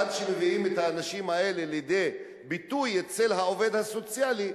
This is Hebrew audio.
עד שמביאים את האנשים האלה לידי ביטוי אצל העובד הסוציאלי,